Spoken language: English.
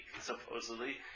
supposedly